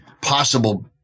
possible